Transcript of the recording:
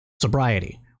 Sobriety